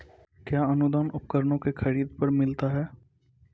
कया अनुदान उपकरणों के खरीद पर मिलता है?